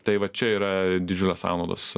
tai va čia yra didžiulės sąnaudos